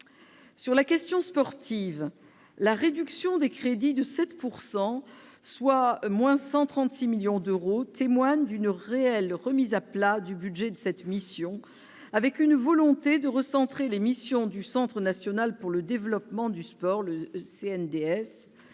Sur la question sportive, la réduction des crédits de 7 %- soit de 136 millions d'euros -témoigne d'une réelle remise à plat du budget de cette mission, avec une volonté de recentrer les missions du Centre national pour le développement du sport. Nous